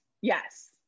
yes